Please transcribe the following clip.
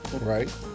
Right